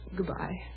Goodbye